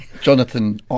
Jonathan